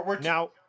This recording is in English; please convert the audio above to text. now